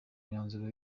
myanzuro